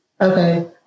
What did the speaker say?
okay